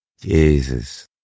Jesus